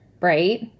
right